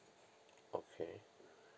okay